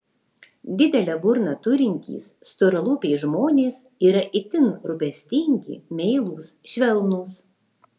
didelę burną turintys storalūpiai žmonės yra itin rūpestingi meilūs švelnūs